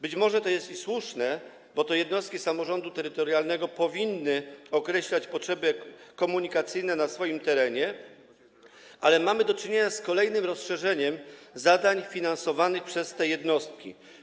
Być może to jest i słuszne, bo to jednostki samorządu terytorialnego powinny określać potrzeby komunikacyjne na swoim terenie, ale mamy do czynienia z kolejnym rozszerzeniem zadań finansowanych przez te jednostki.